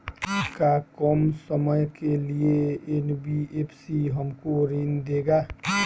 का कम समय के लिए एन.बी.एफ.सी हमको ऋण देगा?